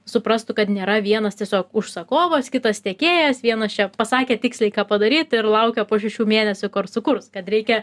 suprastų kad nėra vienas tiesiog užsakovas kitas tiekėjas vienas čia pasakė tiksliai ką padaryt ir laukia po šešių mėnesių sukurs kad reikia